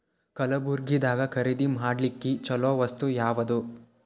ಕಲಬುರ್ಗಿದಾಗ ಖರೀದಿ ಮಾಡ್ಲಿಕ್ಕಿ ಚಲೋ ವಸ್ತು ಯಾವಾದು?